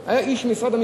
במהותו זה משרד האוצר,